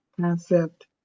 concept